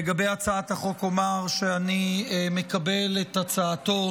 לגבי הצעת החוק אומר שאני מקבל את הצעתו